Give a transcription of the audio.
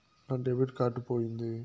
నా debit card పోయింది